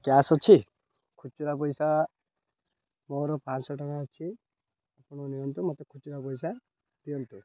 cash ଅଛି ଖୁଚୁରା ପଇସା ମୋର ପାଞ୍ଚଶହ ଟଙ୍କା ଅଛି ଆପଣଙ୍କୁ ନିଅନ୍ତୁ ମୋତେ ଖୁଚୁରା ପଇସା ଦିଅନ୍ତୁ